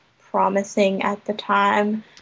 promising-at-the-time